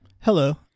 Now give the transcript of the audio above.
Hello